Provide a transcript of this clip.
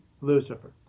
Lucifer